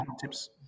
tips